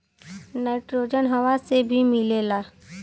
nitrogen हवा से भी मिलेला